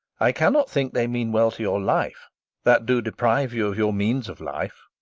i cannot think they mean well to your life that do deprive you of your means of life,